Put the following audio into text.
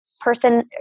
person